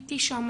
וראיתי שם